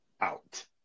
out